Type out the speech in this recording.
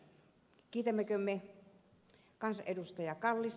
kiitämmekö me kansanedustaja kallia